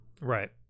Right